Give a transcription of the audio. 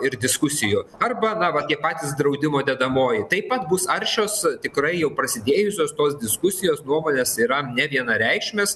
ir diskusijų arba na va tie patys draudimo dedamoji taip pat bus aršios tikrai jau prasidėjusios tos diskusijos nuomonės yra nevienareikšmės